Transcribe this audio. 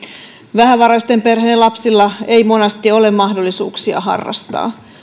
vähävaraisten perheen lapsilla ei monasti ole mahdollisuuksia harrastaa